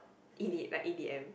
E_D like E_D_M